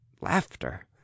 laughter